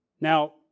Now